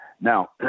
Now